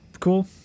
cool